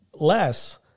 less